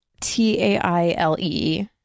T-A-I-L-E